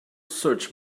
search